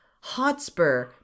Hotspur